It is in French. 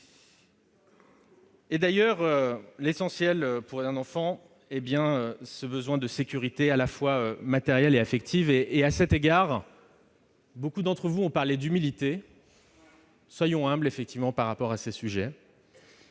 de l'enfant. L'essentiel pour un enfant est ce besoin de sécurité, à la fois matérielle et affective. À cet égard, beaucoup d'entre vous ont parlé d'humilité. Soyons humbles, effectivement, par rapport à ces sujets